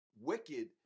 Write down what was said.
wicked